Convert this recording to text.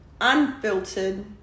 unfiltered